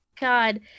god